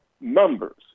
numbers